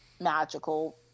magical